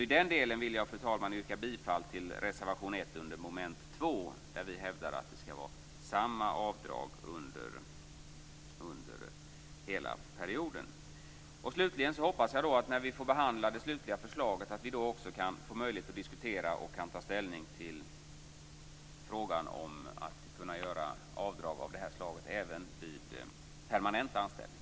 I den delen vill jag, fru talman, yrka bifall till reservation 1 under mom. 2, där vi hävdar att det skall vara samma avdrag under hela perioden. Slutligen hoppas jag att vi när vi får behandla det slutliga förslaget också kan få möjlighet att diskutera och ta ställning till frågan om att göra avdrag av det här slaget även vid permanent anställning.